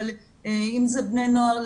אבל אם זה בני נוער,